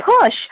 push